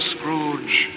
Scrooge